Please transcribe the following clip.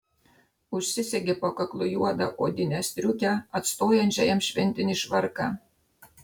užsisegė po kaklu juodą odinę striukę atstojančią jam šventinį švarką